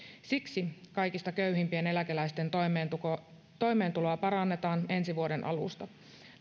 siksi kaikista köyhimpien eläkeläisten toimeentuloa toimeentuloa parannetaan ensi vuoden alusta